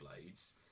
blades